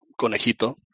Conejito